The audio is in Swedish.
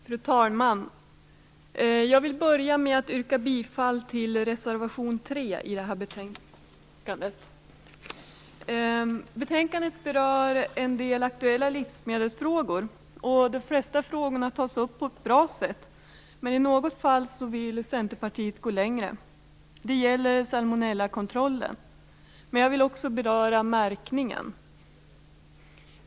Fru talman! Jag vill börja med att yrka bifall till reservation 3 till det här betänkandet. Betänkandet berör en del aktuella livsmedelsfrågor. De flesta frågorna tas upp på ett bra sätt. I något fall vill dock Centerpartiet gå längre - det gäller salmonellakontrollen. Men jag vill också beröra märkningen.